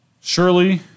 Surely